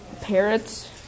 parrots